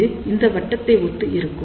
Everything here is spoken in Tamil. இது இந்த வட்டத்தை ஒத்து இருக்கும்